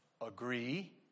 agree